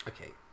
Okay